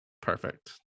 Perfect